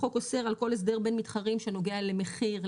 החוק אוסר על כל הסדר בין מתחרים שנוגע למחיר,